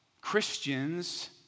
Christians